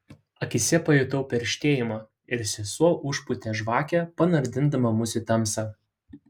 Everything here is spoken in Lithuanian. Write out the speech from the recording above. akyse pajutau perštėjimą ir sesuo užpūtė žvakę panardindama mus į tamsą